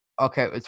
okay